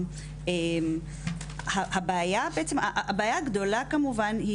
הבעיה הגדולה כמובן,